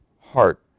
heart